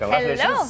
Hello